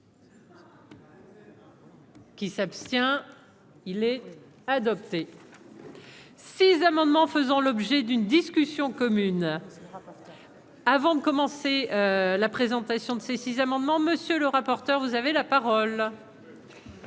Qui s'abstient, il est adopté. Six amendement faisant l'objet d'une discussion commune. Parce que le rapporteur. Avant de commencer la présentation de ces six amendement, monsieur le rapporteur, vous avez la parole.